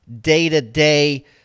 day-to-day